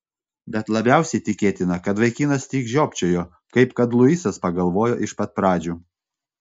bet labiausiai tikėtina kad vaikinas tik žiopčiojo kaip kad luisas pagalvojo iš pat pradžių